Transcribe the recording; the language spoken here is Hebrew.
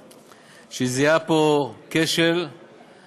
ואני רוצה לענות לך כמשרד החינוך.